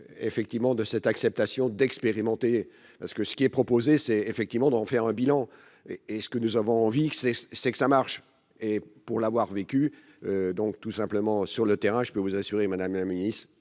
de cette acceptation d'expérimenter parce que ce qui est proposé, c'est effectivement d'en faire un bilan, et est ce que nous avons envie que c'est c'est que ça marche et pour l'avoir vécu donc tout simplement sur le terrain, je peux vous assurer, Madame la Ministre,